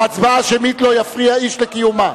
בהצבעה השמית, לא יפריע איש לקיומה.